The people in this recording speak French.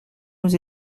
nous